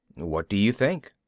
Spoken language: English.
what do you think?